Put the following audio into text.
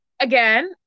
again